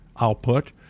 output